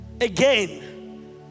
again